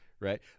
right